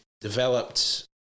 developed